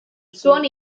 zuon